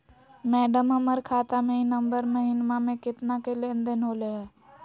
madam, हमर खाता में ई नवंबर महीनमा में केतना के लेन देन होले है